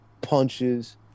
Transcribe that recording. punches